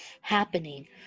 happening